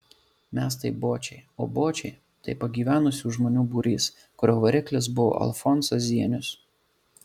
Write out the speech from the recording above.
mes tai bočiai o bočiai tai pagyvenusių žmonių būrys kurio variklis buvo alfonsas zienius